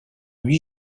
huit